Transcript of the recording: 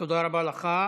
תודה רבה לך.